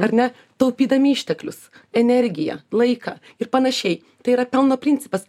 ar ne taupydami išteklius energiją laiką ir panašiai tai yra pelno principas